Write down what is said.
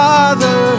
Father